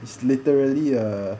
is literally a